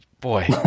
boy